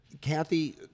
Kathy